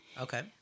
Okay